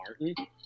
Martin